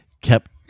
kept